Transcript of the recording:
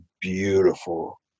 beautiful